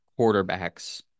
quarterbacks